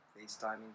FaceTiming